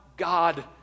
God